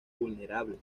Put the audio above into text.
vulnerable